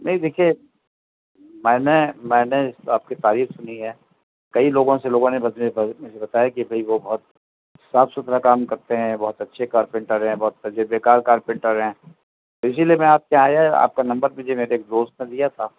نہیں دیکھیے میں نے میں نے آپ کی تعریف سنی ہے کئی لوگوں سے لوگوں نے مجھے بتایا کہ بھئی وہ بہت صاف ستھرا کام کرتے ہیں بہت اچھے کارپنٹر ہیں بہت تجربے کار کارپنٹر ہیں اسی لیے میں آپ کے یہاں آیا آپ کا نمبر مجھے میرے ایک دوست نے دیا تھا